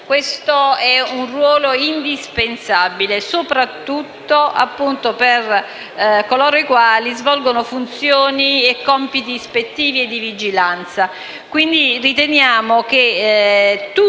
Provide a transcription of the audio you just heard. Questo è un ruolo indispensabile soprattutto per coloro i quali svolgono funzioni e compiti ispettivi e di vigilanza.